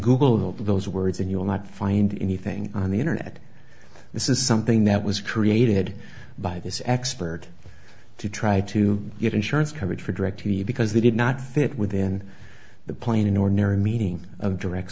google of those words and you will not find anything on the internet this is something that was created by this expert to try to get insurance coverage for directv because they did not fit within the plain ordinary meeting of direct